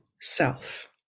Self